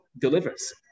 delivers